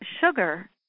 sugar